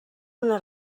una